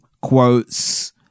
quotes